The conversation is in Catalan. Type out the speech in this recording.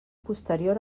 posterior